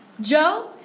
Joe